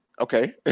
okay